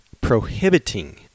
prohibiting